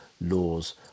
laws